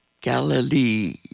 Galilee